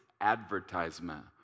advertisement